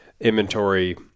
inventory